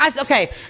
Okay